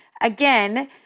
Again